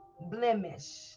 blemish